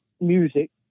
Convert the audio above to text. music